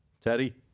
Teddy